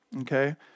Okay